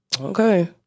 Okay